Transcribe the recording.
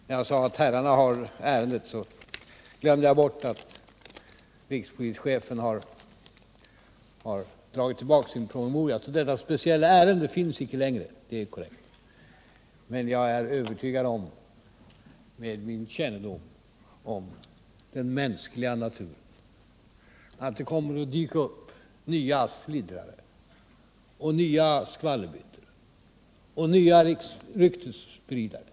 När jag sade att herrarna har ärendet, så glömde jag bort att rikspolischefen har dragit tillbaka sin promemoria... Detta speciella ärende finns icke mer — det är korrekt. Men jag är, med min kännedom om den mänskliga naturen, övertygad om att det kommer att dyka upp nya sliddrare, nya skvallerbyttor och nya ryktesspridare.